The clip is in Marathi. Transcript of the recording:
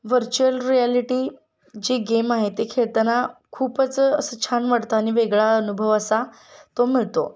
व्हर्च्युअल रियालिटी जी गेम आहे ती खेळताना खूपच असं छान वाटतं आणि वेगळा अनुभव असा तो मिळतो